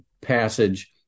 passage